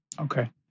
okay